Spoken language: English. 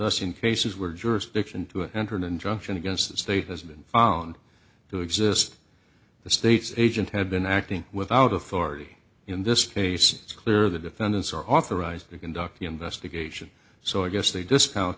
us in cases where jurisdiction to enter an injunction against the state has been found to exist the state's agent had been acting without authority in this case it's clear the defendants are authorized to conduct the investigation so i guess they discount